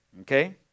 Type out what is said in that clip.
okay